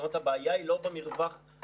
זאת אומרת, הבעיה היא לא במרווח הקמעונאי.